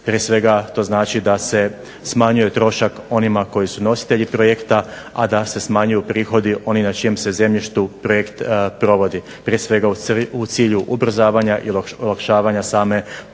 Prije svega to znači da se smanjuje trošak onima koji su nositelji projekta a da se smanjuju prihodi oni na čijem se zemljištu projekt provodi. Prije svega u cilju ubrzavanja i olakšavanja same provedbe